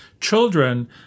children